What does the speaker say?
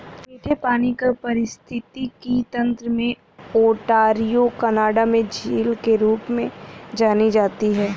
मीठे पानी का पारिस्थितिकी तंत्र में ओंटारियो कनाडा में झील के रूप में जानी जाती है